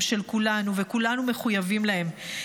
הם של כולנו, וכולנו מחויבים להם.